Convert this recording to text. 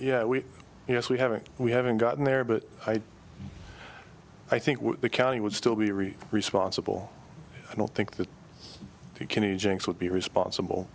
yeah we yes we haven't we haven't gotten there but i think the county would still be reet responsible i don't think that would be responsible